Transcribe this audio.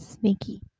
Sneaky